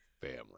family